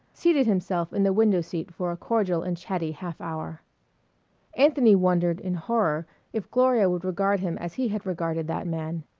seated himself in the window seat for a cordial and chatty half-hour. anthony wondered in horror if gloria would regard him as he had regarded that man.